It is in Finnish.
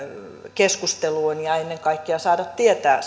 keskusteluun ja ennen kaikkea saada tietää